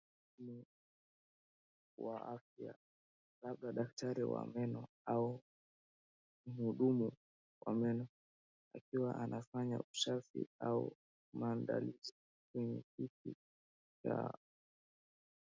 Mhudumu wa afya labda daktari wa meno au mhudumu wa meno, akiwa anafanya usafi au maandalizi kwenye kiti cha.